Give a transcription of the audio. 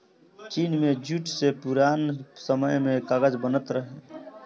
चीन में जूट से पुरान समय में कागज बनत रहे